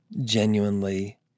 genuinely